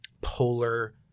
polar